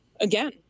again